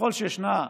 ככל שישנה,